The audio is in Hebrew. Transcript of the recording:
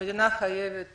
המדינה חייבת